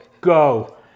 go